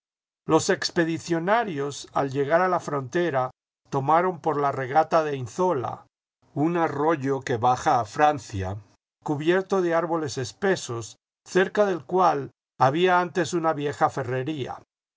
los expedicionarios al llegar a la frontera tomaron por la regata de inzoia un arroyo que baja a francia cubierto de árboles espesos cerca del cual había antes una vieja ferrería